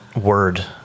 word